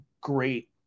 great